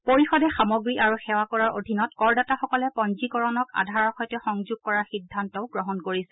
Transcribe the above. পৰিষদে সামগ্ৰী আৰু সেৱা কৰৰ অধীনত কৰদাতাসকলে পঞ্জীকৰণক আধাৰৰ সৈতে সংযোগ কৰাৰ সিদ্ধান্তও গ্ৰহণ কৰিছে